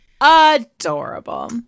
Adorable